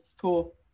Cool